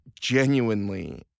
genuinely